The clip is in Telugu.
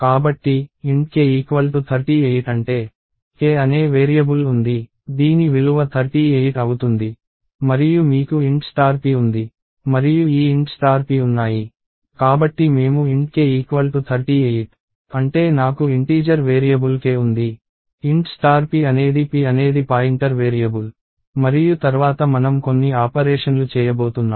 కాబట్టి int k38 అంటే k అనే వేరియబుల్ ఉంది దీని విలువ 38 అవుతుంది మరియు మీకు int p ఉంది మరియు ఈ int p ఉన్నాయి కాబట్టి మేము int k38 అంటే నాకు ఇంటీజర్ వేరియబుల్ k ఉంది int p అనేది p అనేది పాయింటర్ వేరియబుల్ మరియు తర్వాత మనం కొన్ని ఆపరేషన్లు చేయబోతున్నాం